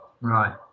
right